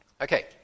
Okay